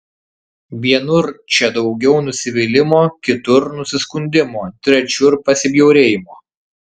vienur čia daugiau nusivylimo kitur nusiskundimo trečiur pasibjaurėjimo